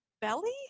belly